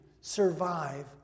survive